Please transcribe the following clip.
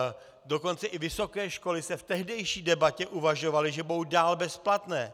A dokonce i vysoké školy se v tehdejší debatě uvažovaly, že budou dál bezplatné.